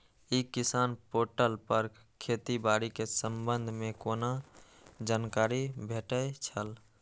ई किसान पोर्टल पर खेती बाड़ी के संबंध में कोना जानकारी भेटय छल?